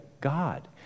God